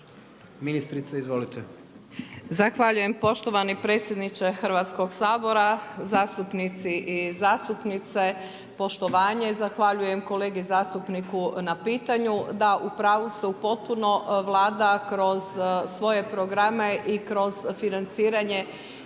Nada (HDZ)** Zahvaljujem poštovani predsjedniče Hrvatskog sabora. Zastupnici i zastupnice, poštovanje. Zahvaljujem kolegi zastupniku na pitanju. Da, upravu ste potpuno Vlada kroz svoje programe i kroz financiranje